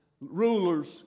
rulers